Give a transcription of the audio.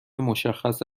مشخص